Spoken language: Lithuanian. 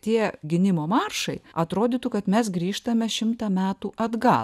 tie gynimo maršai atrodytų kad mes grįžtame šimtą metų atgal